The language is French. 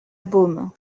baume